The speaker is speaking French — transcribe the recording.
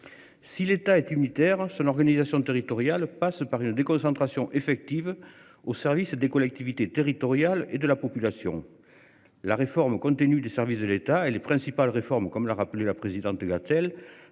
Si l'État est unitaire sur l'organisation territoriale passe par une des concentrations effective au service des collectivités territoriales et de la population. La réforme continue des services de l'État et les principales réformes comme l'a rappelé la présidente.